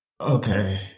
okay